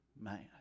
man